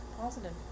Positive